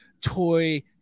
toy